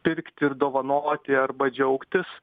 pirkti ir dovanoti arba džiaugtis